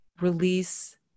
release